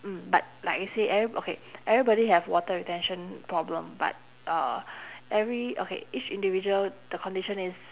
mm but like you said every okay everybody have water retention problem but uh every okay each individual the condition is